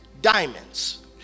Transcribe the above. diamonds